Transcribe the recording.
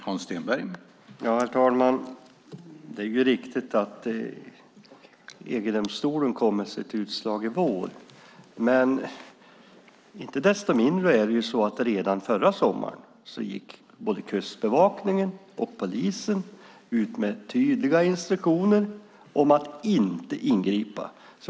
Herr talman! Det är riktigt att EU-domstolen kom med sitt utslag under våren. Men inte desto mindre gick både Kustbevakningen och polisen redan förra sommaren ut med tydliga instruktioner om att inte ingripa.